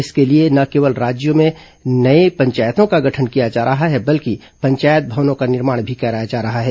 इसके लिए न केवल राज्य में नये पंचायतों का गठन किया जा रहा है बल्कि पंचायत भवनों का निर्माण भी कराया जा रहा है